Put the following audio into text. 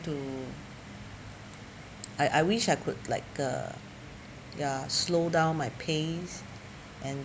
to I I wish I could like uh ya slowdown my pace and